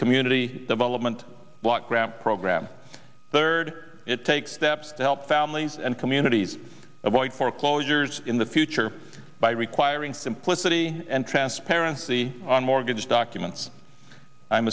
community development block grant program third it takes that to help families and communities avoid foreclosures in the future by requiring simplicity and transparency on mortgage documents i'm